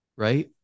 Right